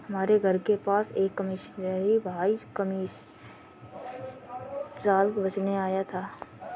हमारे घर के पास एक कश्मीरी भाई पश्मीना शाल बेचने आया था